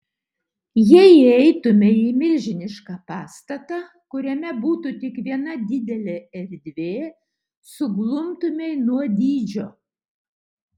jei įeitumei į milžinišką pastatą kuriame būtų tik viena didelė erdvė suglumtumei nuo dydžio